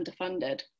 underfunded